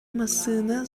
массыына